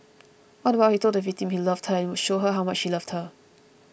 all the while he told the victim that he loved her and would show her how much he loved her